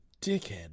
dickhead